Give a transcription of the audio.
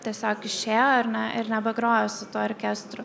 tiesiog išėjo ar ne ir nebegrojo su tuo orkestru